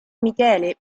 michele